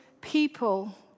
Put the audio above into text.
people